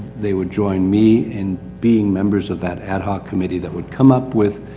they would join me in being members of that ad hoc committee that would come up with,